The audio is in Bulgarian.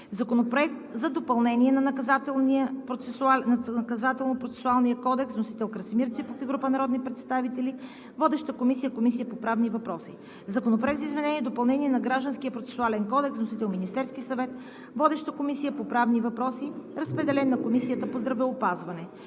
Законопроект за допълнение на Наказателно-процесуалния кодекс. Вносител – Красимир Ципов и група народни представители. Водеща е Комисията по правни въпроси. Законопроект за изменение и допълнение на Гражданския процесуален кодекс. Вносител – Министерският съвет. Водеща е Комисията по правни въпроси. Разпределен е и на Комисията по здравеопазването.